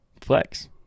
Flex